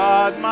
God